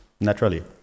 naturally